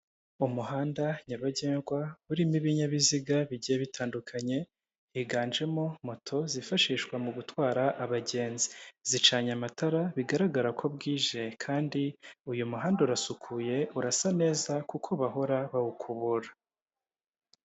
Umuhanda nyabagendwa urimo ibinyabiziga bigiye bitandukanye, higanjemo moto zifashishwa mu gutwara abagenzi. Zicanye amatara bigaragara ko bwije kandi uyu muhanda urasukuye urasa neza kuko bahora bawukubura.